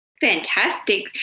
Fantastic